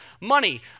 money